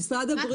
משרד הבריאות.